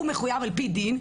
הוא מחויב על-פי דין,